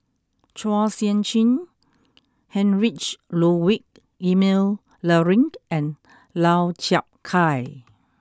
Chua Sian Chin Heinrich Ludwig Emil Luering and Lau Chiap Khai